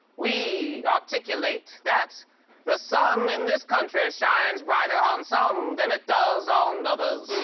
we articulate that the sun in this country shines brighter on some than it does on others.